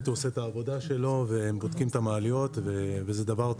הוא עושה את העבודה שלו והם בודקים את המעליות וזה דבר טוב.